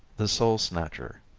the soul-snatcher.